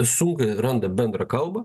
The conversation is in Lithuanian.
sunkiai randa bendrą kalbą